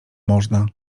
można